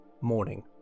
morning